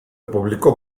publicó